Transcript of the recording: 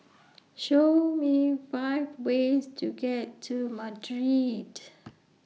Show Me five ways to get to Madrid